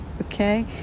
okay